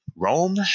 Rome